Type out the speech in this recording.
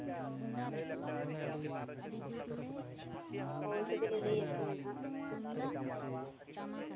ᱦᱳᱭ ᱛᱚᱵᱮ ᱞᱮ ᱞᱟᱹᱭᱟᱠᱤᱱᱟ ᱱᱟᱦᱟᱸᱜ